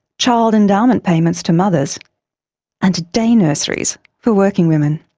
child endowment payments to mothers and day nurseries for working women!